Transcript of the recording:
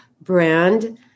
brand